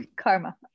karma